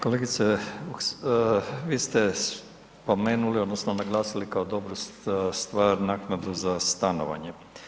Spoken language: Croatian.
Kolegice, vi ste spomenuli odnosno naglasili kao dobru stvar naknada za stanovanje.